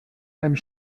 einem